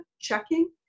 checking